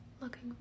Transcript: looking